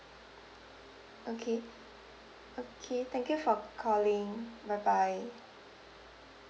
okay okay thank you for calling bye bye